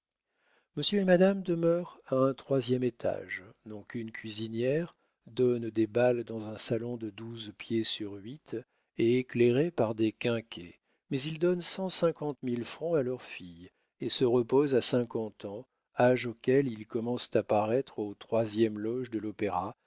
et madame demeurent à un troisième étage n'ont qu'une cuisinière donnent des bals dans un salon de douze pieds sur huit et éclairé par des quinquets mais ils donnent cent cinquante mille francs à leur fille et se reposent à cinquante ans âge auquel ils commencent à paraître aux troisièmes loges à l'opéra